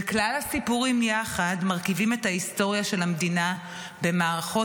וכלל הסיפורים יחד מרכיבים את ההיסטוריה של המדינה במערכות